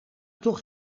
toch